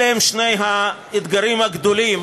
אלה הם שני האתגרים הגדולים,